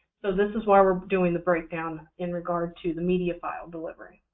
so this is why we're doing the breakdown in regard to the media file delivery.